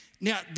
Now